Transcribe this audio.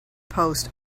post